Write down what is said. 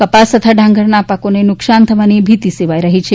કપાસ તથા ડાંગરના પાકોને નુકસાન થવાની ભીતી સેવાઈ રહી છે